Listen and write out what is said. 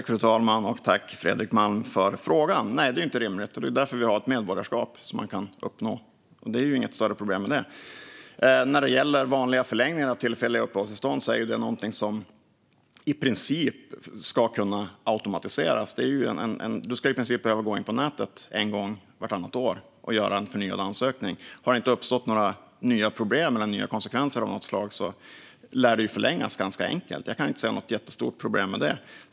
Fru talman! Tack, Fredrik Malm, för frågan! Nej, det är inte rimligt, och det är därför vi har ett medborgarskap som man kan uppnå. Det är inget större problem med det. När det gäller vanliga förlängningar av tillfälliga uppehållstillstånd är det något som i princip ska kunna automatiseras. Man ska i princip bara behöva gå in på nätet en gång vartannat år och göra en förnyad ansökan. Om det inte har uppstått några nya problem eller nya konsekvenser av något slag lär det förlängas ganska enkelt. Jag kan inte se något jättestort problem med det.